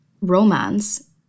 romance